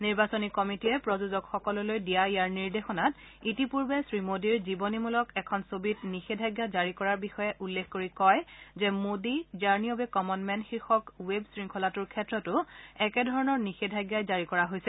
নিৰ্বাচনী কমিটিয়ে প্ৰযোজকসকললৈ দিয়া ইয়াৰ নিৰ্দেশনাত ইতিপূৰ্বে শ্ৰীমোদীৰ জাৱনীমূলক এখন ছৱিত নিষেধাজ্ঞা জাৰি কৰাৰ বিষয়ে উল্লেখ কৰি কয় যে Modi journey of a common man শীৰ্ষক ৱেব শৃংখলাটোৰ ক্ষেত্ৰতো একেধৰণৰ নিষেধাজ্ঞাই জাৰি কৰা হৈছে